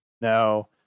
Now